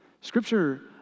Scripture